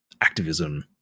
activism